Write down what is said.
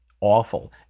awful